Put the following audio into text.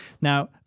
Now